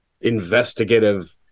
investigative